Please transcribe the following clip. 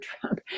Trump